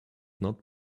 not